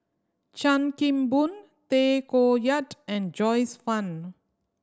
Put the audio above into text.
Chan Kim Boon Tay Koh Yat and Joyce Fan